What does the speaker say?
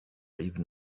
even